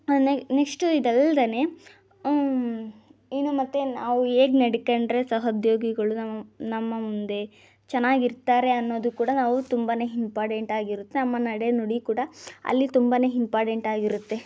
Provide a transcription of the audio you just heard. ನೆ ನೆಕ್ಸ್ಟು ಇದಲ್ಲದೆ ಇನ್ನು ಮತ್ತೆ ನಾವು ಹೇಗ್ ನಡ್ಕೊಂಡ್ರೆ ಸಹೋದ್ಯೋಗಿಗಳು ನಮ್ಮ ನಮ್ಮ ಮುಂದೆ ಚೆನ್ನಾಗಿರ್ತಾರೆ ಅನ್ನೋದು ಕೂಡ ನಾವು ತುಂಬಾ ಹಿಂಪಾರ್ಟೆಂಟಾಗಿರುತ್ತೆ ನಮ್ಮ ನಡೆ ನುಡಿ ಕೂಡ ಅಲ್ಲಿ ತುಂಬಾ ಹಿಂಪಾರ್ಟೆಂಟಾಗಿರುತ್ತೆ